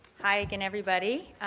hi, again, everybody.